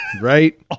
Right